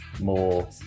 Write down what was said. more